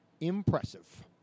impressive